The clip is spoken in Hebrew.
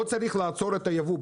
לא צריך לעצור את הייבוא,